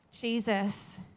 Jesus